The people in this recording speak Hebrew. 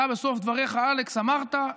בסוף דבריך, אלכס, אמרת: